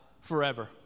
forever